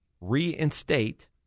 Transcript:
reinstate